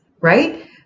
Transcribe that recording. right